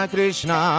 Krishna